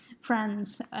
friends